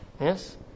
Yes